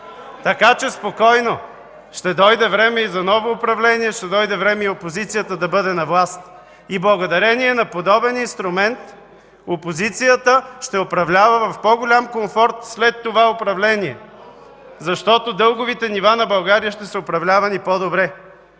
Така че спокойно! Ще дойде време и за ново управление, ще дойде време и опозицията да бъде на власт. И благодарение на подобен инструмент опозицията ще управлява в по-голям комфорт след това управление, защото дълговите нива на България ще са управлявани по-добре.